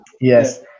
Yes